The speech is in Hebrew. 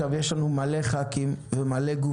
יש לנו מלא ח"כים וגופים.